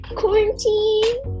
quarantine